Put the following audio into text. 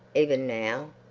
even now?